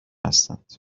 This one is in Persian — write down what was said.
هستند